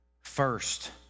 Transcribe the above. first